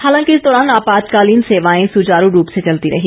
हालांकि इस दौरान आपातकालीन सेवाएं सुचारू रूप से चलती रहीं